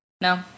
no